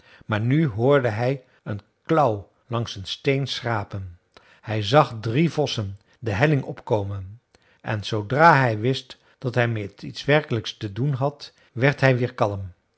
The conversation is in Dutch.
maar nu hoorde hij een klauw langs een steen schrapen hij zag drie vossen de helling opkomen en zoodra hij wist dat hij met iets werkelijks te doen had werd hij weer kalm